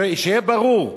שיהיה ברור,